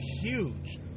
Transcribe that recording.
huge